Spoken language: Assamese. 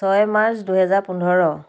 ছয় মাৰ্চ দুহেজাৰ পোন্ধৰ